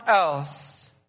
else